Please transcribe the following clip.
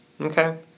Okay